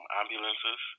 ambulances